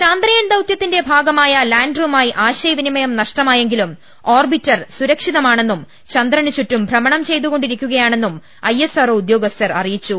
ചന്ദ്രയാൻ ദൌത്യത്തിന്റെ ഭാഗമായ ലാൻഡ്ടറുമായി ആശയവി നിമയം നഷ്ടമായെങ്കിലും ഓർബിറ്റർ സുരക്ഷിതമാണ്െന്നും ചന്ദ്രനു ചുറ്റും ഭ്രമണം ചെയ്തുകൊണ്ടിരിക്കുകയാണെന്നും ഐഎസ്ആർഒ ഉദ്യോഗസ്ഥർ അറിയിച്ചു